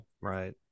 Right